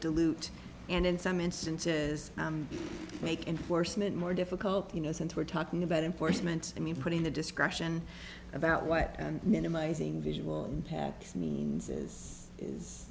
dilute and in some instances make enforcement more difficult you know since we're talking about enforcement i mean putting the discussion about what minimizing visual impact means is